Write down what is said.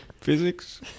physics